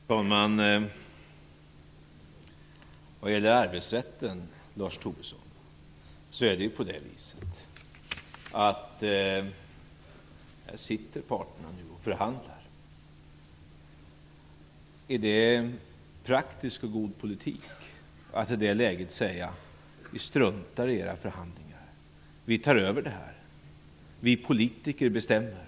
Fru talman! Vad gäller arbetsrätten, Lars Tobisson, så sitter parterna och förhandlar. Är det praktisk och god politik att i det läget säga att vi struntar i deras förhandlingar, att vi tar över det här, att vi politiker bestämmer?